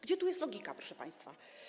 Gdzie tu jest logika, proszę państwa?